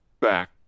back